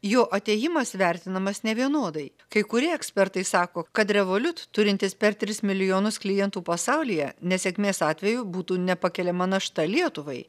jo atėjimas vertinamas nevienodai kai kurie ekspertai sako kad revoliut turintis per tris milijonus klientų pasaulyje nesėkmės atveju būtų nepakeliama našta lietuvai